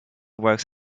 works